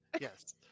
Yes